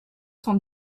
sont